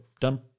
done